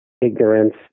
ignorance